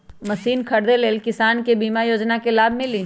Machine खरीदे ले किसान के बीमा योजना के लाभ मिली?